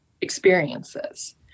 experiences